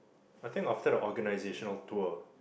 I think I'd set the organization all tour